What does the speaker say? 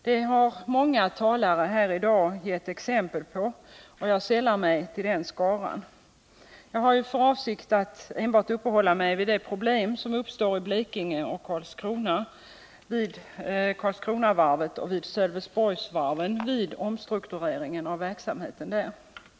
Det har många talare här i dag gett exempel på, och jag sällar mig till den skaran. Jag har för avsikt att enbart uppehålla mig vid de problem som uppstår i Blekinge vid Karlskronavarvet och Sölvesborgsvarvet vid den omstrukturering av verksamheten som utskottet föreslår där.